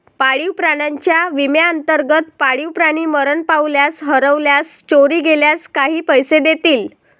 पाळीव प्राण्यांच्या विम्याअंतर्गत, पाळीव प्राणी मरण पावल्यास, हरवल्यास, चोरी गेल्यास काही पैसे देतील